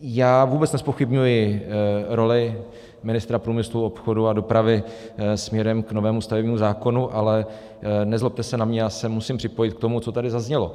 Já vůbec nezpochybňuji roli ministra průmyslu, obchodu a dopravy směrem k novému stavebnímu zákonu, ale nezlobte se na mě, já se musím připojit k tomu, co tady zaznělo.